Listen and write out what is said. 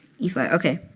e flat, ok.